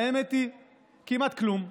האמת היא שכמעט כלום,